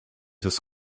his